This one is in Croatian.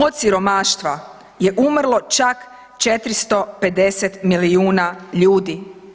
Od siromaštva je umrlo čak 450 milijuna ljudi.